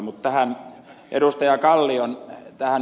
mutta ed